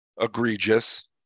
egregious